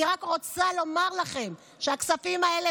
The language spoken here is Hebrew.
אני רק רוצה לומר לכם שהכספים האלה,